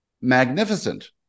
Magnificent